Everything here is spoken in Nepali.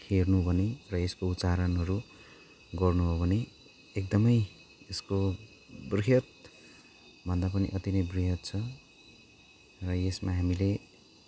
हेर्नु हो भने र यसको उच्चारणहरू गर्नु हो भने एकदमै यासको बृहत भन्दा पनि अति नै बृहत छ र यसमा हामीले